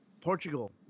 Portugal